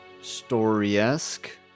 story-esque